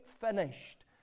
finished